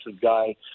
guy